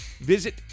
Visit